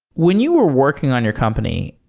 when you were working on your company,